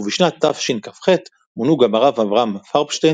ובשנת תשכ"ח מונו גם הרב אברהם פרבשטין